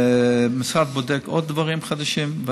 המשרד בודק עוד דברים חדשים.